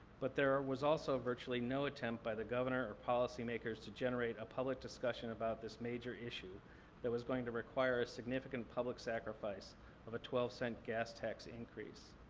but there was also virtually no attempt by the governor or policymakers to generate a public discussion about this major issue that was going to require a significant public sacrifice of a twelve cent gas tax increase.